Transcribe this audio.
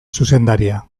zuzendaria